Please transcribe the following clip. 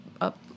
up